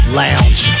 lounge